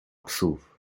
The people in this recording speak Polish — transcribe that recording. psów